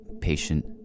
patient